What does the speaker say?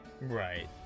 right